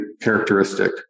characteristic